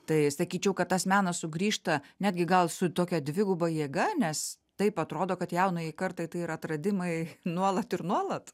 tai sakyčiau kad tas menas sugrįžta netgi gal su tokia dviguba jėga nes taip atrodo kad jaunajai kartai tai yra atradimai nuolat ir nuolat